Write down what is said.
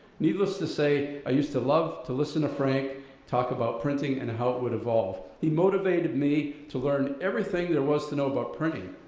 needless to say, i used to love to listen to frank talk about printing and how it would evolve. he motivated me to learn everything there was to know about printing.